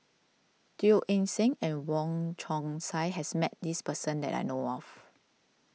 Teo Eng Seng and Wong Chong Sai has met this person that I know of